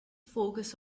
focus